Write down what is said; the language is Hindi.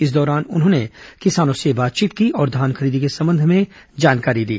इस दौरान उन्होंने किसानों से बातचीत की और धान खरीदी के संबंध में जानकारी ली